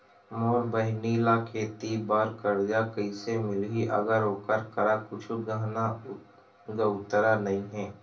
मोर बहिनी ला खेती बार कर्जा कइसे मिलहि, अगर ओकर करा कुछु गहना गउतरा नइ हे?